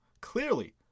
clearly